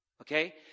okay